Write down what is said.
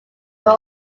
they